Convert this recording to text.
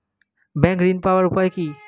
Bank ঋণ পাওয়ার উপায় কি?